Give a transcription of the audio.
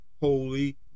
Holy